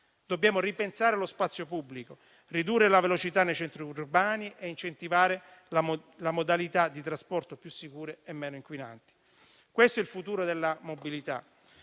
Dobbiamo ripensare lo spazio pubblico, ridurre la velocità nei centri urbani e incentivare modalità di trasporto più sicure e meno inquinanti. Questo è il futuro della mobilità.